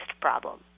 problem